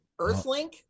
Earthlink